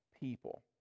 people